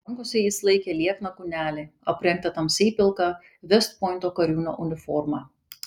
rankose jis laikė liekną kūnelį aprengtą tamsiai pilka vest pointo kariūno uniforma